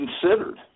considered